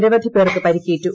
നിരവധി പേർക്ക് പരിക്കേറ്റു